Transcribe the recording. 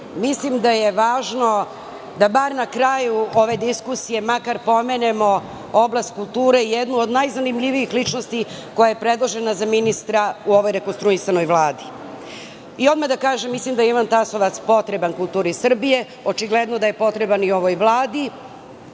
Mislim da je važno da bar na kraju ove diskusije makar pomenemo oblast kulture, jednu od najzanimljivijih ličnosti koja je predložena za ministra u ovoj rekonstruisanoj Vladi. Odmah da kažem da mislim da je Ivan Tasovac potreban kulturi Srbije, očigledno da je potreban i ovoj Vladi.